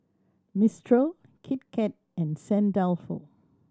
Mistral Kit Kat and Saint Dalfour